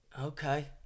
Okay